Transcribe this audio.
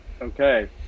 Okay